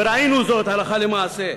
וראינו זאת הלכה למעשה.